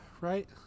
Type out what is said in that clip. right